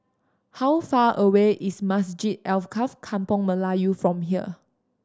how far away is Masjid Alkaff Kampung Melayu from here